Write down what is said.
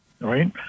Right